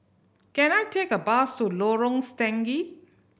can I take a bus to Lorong Stangee